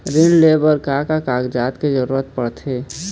ऋण ले बर का का कागजात के जरूरत पड़थे?